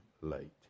late